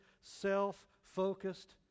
self-focused